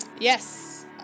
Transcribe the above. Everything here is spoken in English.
Yes